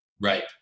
Right